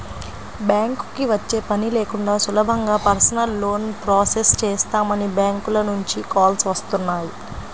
బ్యాంకుకి వచ్చే పని లేకుండా సులభంగా పర్సనల్ లోన్ ప్రాసెస్ చేస్తామని బ్యాంకుల నుంచి కాల్స్ వస్తున్నాయి